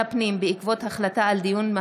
וזוכרים כמה ארגונים קמו עליה?